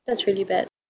that's really bad